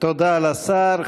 תודה לשר.